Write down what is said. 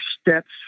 steps